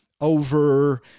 over –